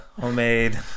homemade